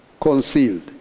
concealed